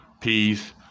peace